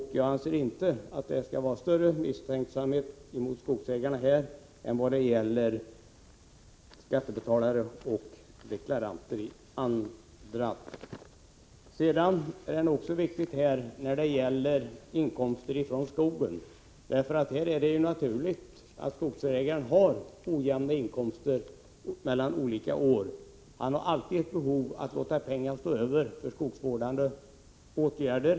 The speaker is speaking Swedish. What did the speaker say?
Man skall inte hysa större misstänksamhet mot dessa skogsägare än mot skattebetalare och deklaranter i Övrigt. När det gäller inkomster från skogen är det naturligt att skogsägarna har ojämna inkomster år från år. De har alltid ett behov av att låta pengar stå över för skogsvårdande åtgärder.